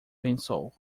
pensou